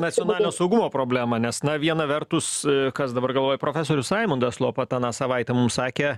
nacionalinio saugumo problemą nes na viena vertus kas dabar galvoju profesorius raimundas lopata aną savaitę mum sakė